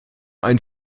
ein